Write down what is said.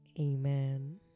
Amen